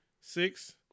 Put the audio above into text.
six